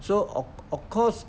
so of of course